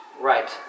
Right